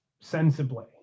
sensibly